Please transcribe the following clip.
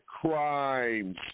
crimes